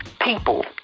people